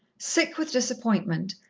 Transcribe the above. sick with disappointment,